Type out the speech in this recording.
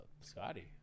Scotty